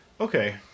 Okay